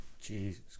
Jesus